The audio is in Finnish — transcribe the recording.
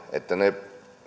että ne